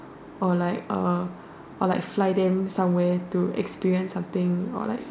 or like uh or like fly them somewhere to experience something or like